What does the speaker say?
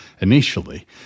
initially